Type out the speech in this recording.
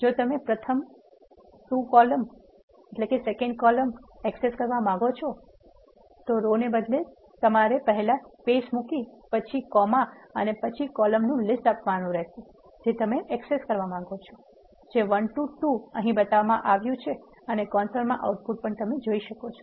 જો તમે પ્રથમ 2 કોલમ એક્સેસ કરવા માંગો છો રો ને બદલે તો તમારે પહેલા સ્પેસ મૂકી પછી કોમા અને પછી કોલમનું લીસ્ટ આપવાનું રહેશે જે તમે એક્સેસ કરવા માગો છો જે one to 2 અહી બતાવવામાં આવ્યું છે અને કોન્સોલમાં આઉટપુટ પણ જોઈ શકો છો